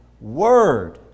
word